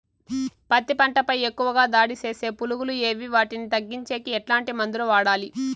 పత్తి పంట పై ఎక్కువగా దాడి సేసే పులుగులు ఏవి వాటిని తగ్గించేకి ఎట్లాంటి మందులు వాడాలి?